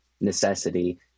necessity